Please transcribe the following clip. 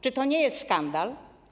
Czy to nie jest skandal?